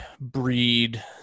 breed